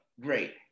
Great